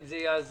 אם זה יעזור.